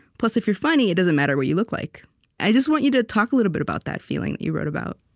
plus, if you're funny, it doesn't matter what you look like. and i just want you to talk a little bit about that feeling that you wrote about